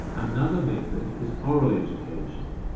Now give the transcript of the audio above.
another method is oral education,